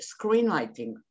screenwriting